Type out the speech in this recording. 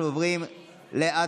אנחנו עוברים להצבעה.